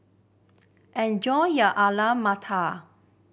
enjoy your Alu Matar